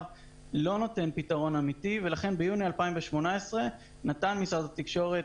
לא נותנת פתרון אמיתי ולכן ביוני 2018 נתן משרד התקשורת,